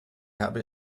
habe